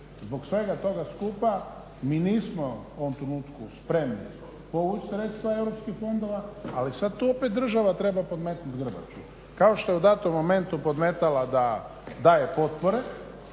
Zbog svega toga skupa mi nismo u ovom trenutku spremni povući sredstva europskih fondova, ali sad tu opet država treba treba podmetnuti grbaču kao što je u datom momentu podmetala da daje potpore.